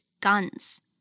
guns